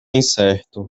incerto